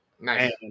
Nice